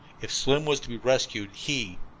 if slim was to be rescued, he,